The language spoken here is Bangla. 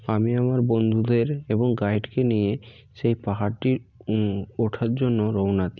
আমি আমার বন্ধুদের এবং গাইডকে নিয়ে সেই পাহাড়টি ওঠার জন্য রওনা দিই